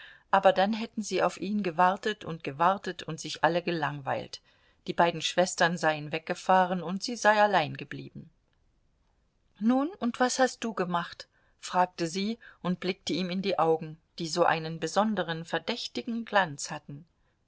aber dann hätten sie auf ihn gewartet und gewartet und sich alle gelangweilt die beiden schwestern seien weggefahren und sie sei allein geblieben nun und was hast du gemacht fragte sie und blickte ihm in die augen die so einen besonderen verdächtigen glanz hatten